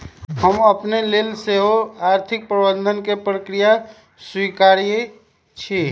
हम अपने लेल सेहो आर्थिक प्रबंधन के प्रक्रिया स्वीकारइ छी